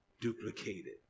Duplicated